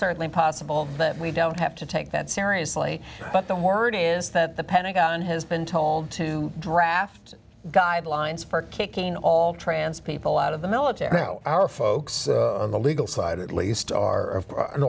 certainly possible that we don't have to take that seriously but the word is that the pentagon has been told to draft guidelines for kicking all trans people out of the military you know our folks on the legal side at least or and